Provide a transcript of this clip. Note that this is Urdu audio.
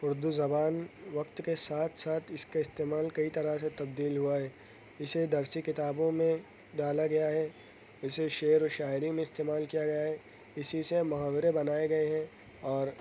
اردو زبان وقت کے ساتھ ساتھ اس کا استعمال کئی طرح سے تبدیل ہوا ہے اسے درسی کتابوں میں ڈالا گیا ہے اسے شعر و شاعری میں استعمال کیا گیا ہے اسے سے محاورے بنائے گئے ہیں اور